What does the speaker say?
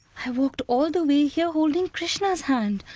i walked all the way here holding krishna's hand,